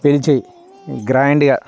పిలిచి గ్రాండ్గా